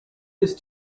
ist